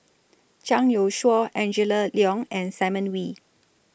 Zhang Youshuo Angela Liong and Simon Wee